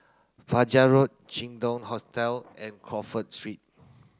Fajar Road Jin Dong Hotel and Crawford Street